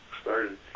started